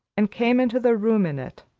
and came into the room in it,